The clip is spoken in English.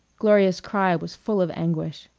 gloria's cry was full of anguish.